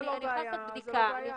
אם זאת לא בעיה, זאת לא בעיה.